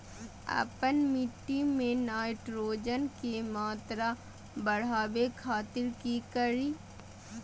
आपन मिट्टी में नाइट्रोजन के मात्रा बढ़ावे खातिर की करिय?